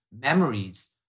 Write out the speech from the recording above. memories